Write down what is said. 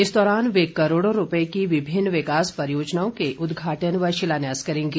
इस दौरान वे करोड़ों रूपए की विभिन्न विकास योजनाओं के उदघाटन व शिलान्यास करेंगे